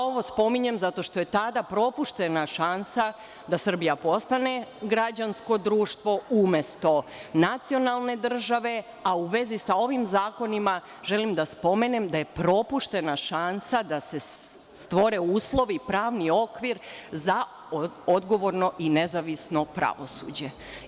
Ovo spominjem zato što je tada propuštena šansa da Srbija postane građansko društvo umesto nacionalne države, a u vezi sa ovim zakonima želim da spomenem da je propuštena šansa da se stvore uslovi, pravni okvir za odgovorno i nezavisno pravosuđe.